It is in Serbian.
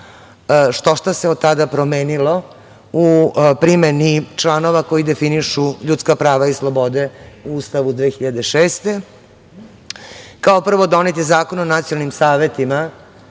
se od tada promenilo u primeni članova koji definišu ljudska prava i slobode u Ustavu 2006. godine. Kao prvo, donet je Zakon o nacionalnim savetima,